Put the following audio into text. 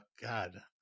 god